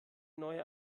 neue